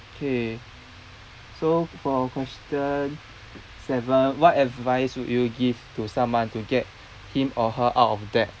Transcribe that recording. okay so for question seven what advice would you give to someone to get him or her out of debt